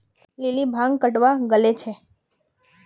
lily भांग कटावा गले छे